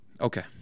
Okay